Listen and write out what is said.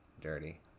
Dirty